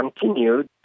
continued